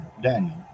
Daniel